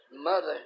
mother